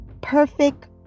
perfect